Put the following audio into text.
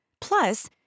Plus